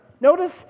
Notice